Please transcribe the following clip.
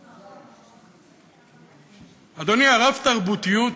אדוני, הרב-תרבותיות,